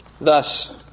Thus